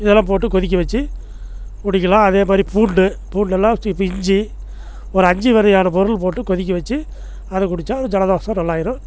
இதெல்லாம் போட்டு கொதிக்க வச்சு குடிக்கலாம் அதே மாதிரி பூண்டு பூண்டெல்லாம் சி பி இஞ்சி ஒரு அஞ்சு வரையான பொருள் போட்டு கொதிக்க வச்சு அதை குடிச்சால் ஜலதோசம் நல்லாயிடும்